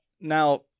Now